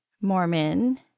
Mormon